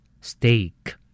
Steak